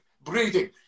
breathing